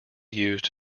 used